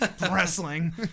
wrestling